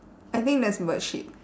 I think that's bird shit